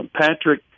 Patrick